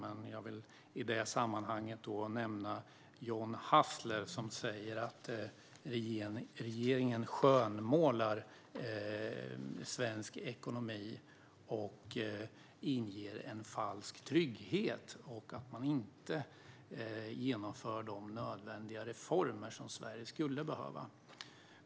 Jag kan till exempel nämna John Hassler, som säger att regeringen skönmålar svensk ekonomi och inger en falsk trygghet. Man genomför inte de nödvändiga reformer som Sverige skulle behöva, säger han.